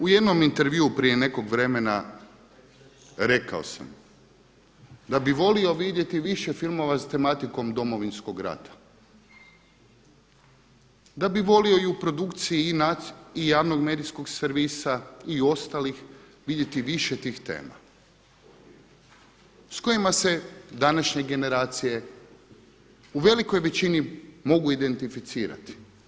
U jednom intervjuu prije nekog vremena rekao sam da bih volio vidjeti više filmova s tematikom Domovinskog rata, da bih volio u produkciji i javnog medijskog servisa i ostalih vidjeti više tih tema s kojima se današnjeg generacije u velikoj većini mogu identificirati.